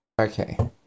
Okay